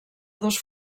dos